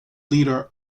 leader